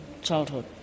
childhood